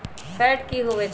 Fat की होवछै?